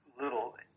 little